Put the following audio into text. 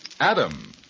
Adam